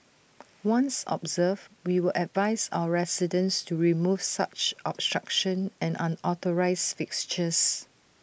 once observed we will advise our residents to remove such obstruction and unauthorised fixtures